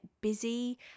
busy